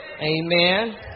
Amen